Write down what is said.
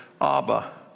abba